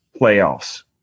playoffs